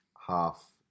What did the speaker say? Half